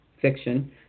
fiction